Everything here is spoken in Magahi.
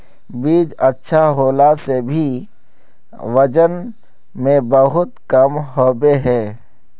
बीज अच्छा होला से भी वजन में बहुत कम होबे है?